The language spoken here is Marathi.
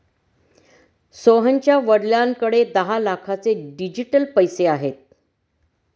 सोहनच्या वडिलांकडे दहा लाखांचे डिजिटल पैसे आहेत